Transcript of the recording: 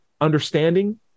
understanding